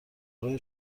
راه